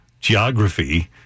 geography